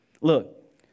Look